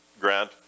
grant